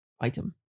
item